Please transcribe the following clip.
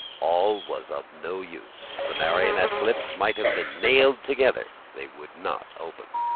all was of no use. the marionette's lips might have been nailed together. they would not open.